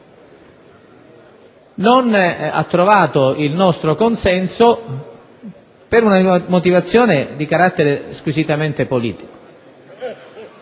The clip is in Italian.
non ha trovato il nostro consenso per una motivazione di carattere squisitamente politico.